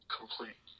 complete